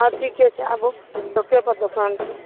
हँ ठीके छै आबू चौके पर दोकान छै